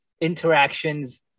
interactions